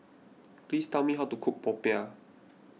please tell me how to cook Popiah